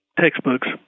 Textbooks